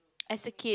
as a kid